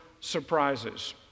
surprises